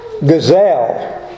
Gazelle